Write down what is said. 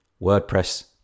WordPress